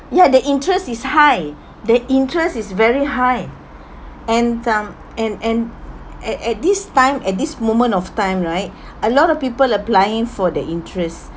ya the interest is high the interest is very high high and some and and at at this time at this moment of time right a lot of people applying for the interest